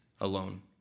alone